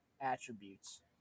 attributes